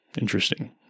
Interesting